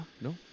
no